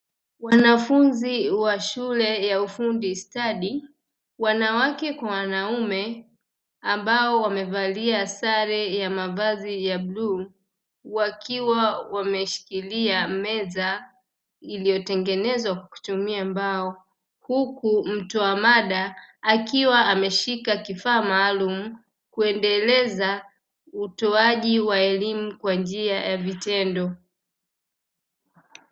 Wanafunzi wa shule ya ufundi stadi wanawake kwa wanaume, ambao wamevalia sare ya mavazi ya bluu, wakiwa wameshikilia meza iliyotengenezwa kwa kutumia mbao, huku mtoa mada akiwa ameshika kifaa maalumu kuendeleza utoaji wa elimu kwa njia ya vitendo.